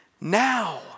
now